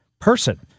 person